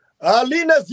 Alina